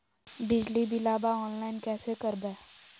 बिजली बिलाबा ऑनलाइन कैसे करबै?